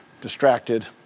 distracted